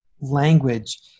language